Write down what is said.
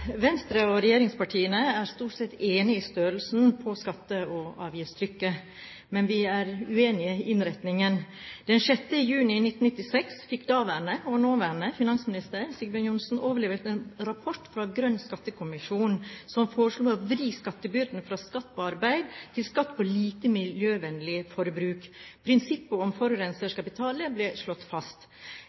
stort sett enige om størrelsen på skatte- og avgiftstrykket, men vi er uenige om innretningen. Den 6. juni 1996 fikk daværende, nå nåværende, finansminister Sigbjørn Johnsen overlevert en rapport fra Grønn skattekommisjon som foreslo å vri skattebyrdene fra skatt på arbeid til skatt på lite miljøvennlig forbruk. Prinsippet om at forurenser skal betale, ble slått fast.